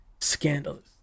scandalous